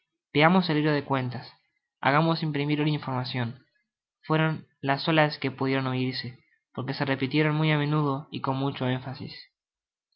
veamos el libro de cuen tas hagamos imprimir una informacion fueron las solas que pudieron oirse porque se repitieron muy amenudo y con mucho enfasis